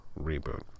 reboot